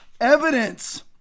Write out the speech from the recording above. evidence